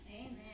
Amen